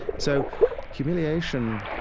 so humiliation,